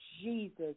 Jesus